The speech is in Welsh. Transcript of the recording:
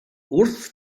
wrth